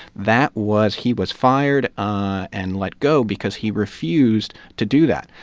that was he was fired and let go because he refused to do that.